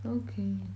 okay